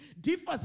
differs